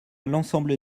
l’ensemble